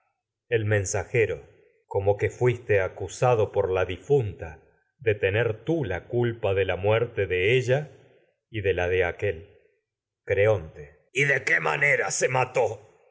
el mensajero de tener como que fuiste acusado por la difunta la tii la culpa de la muerte de ella y de de aquél creonte el el y de qué manera se mató